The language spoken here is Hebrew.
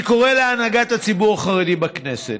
אני קורא להנהגת הציבור החרדי בכנסת: